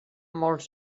molts